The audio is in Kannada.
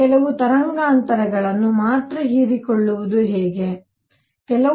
ಕೆಲವು ತರಂಗಾಂತರಗಳನ್ನು ಮಾತ್ರ ಹೀರಿಕೊಳ್ಳುವುದು ಏಕೆ